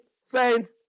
saints